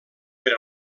per